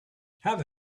have